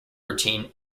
routine